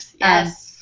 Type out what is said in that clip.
Yes